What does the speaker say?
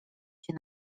się